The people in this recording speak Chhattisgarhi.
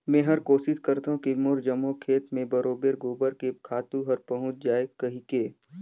मेहर कोसिस करथों की मोर जम्मो खेत मे बरोबेर गोबर के खातू हर पहुँच जाय कहिके